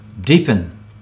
deepen